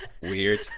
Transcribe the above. weird